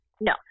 No